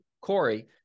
Corey